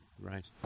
right